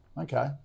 Okay